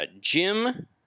Jim